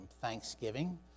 Thanksgiving